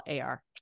AR